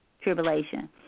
tribulation